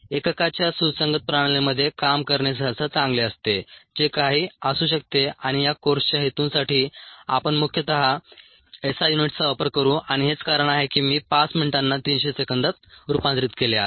एककाच्या सुसंगत प्रणालीमध्ये काम करणे सहसा चांगले असते जे काही असू शकते आणि या कोर्सच्या हेतूंसाठी आपण मुख्यतः एसआय युनिट्सचा वापर करू आणि हेच कारण आहे की मी 5 मिनिटांना 300 सेकंदात रूपांतरित केले आहे